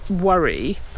worry